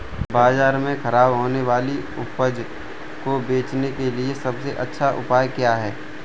बाजार में खराब होने वाली उपज को बेचने के लिए सबसे अच्छा उपाय क्या है?